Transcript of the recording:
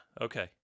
Okay